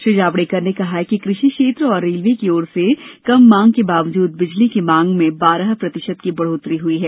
श्री जावडेकर ने कहा कि कृषि क्षेत्र और रेलवे की ओर से कम मांग के बावजूद बिजली की मांग में बारह प्रतिशत की बढ़ोतरी हई है